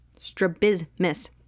Strabismus